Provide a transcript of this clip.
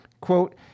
quote